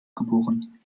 geboren